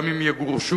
אם הן יגורשו,